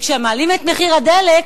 וכשמעלים את מחיר הדלק,